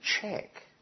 check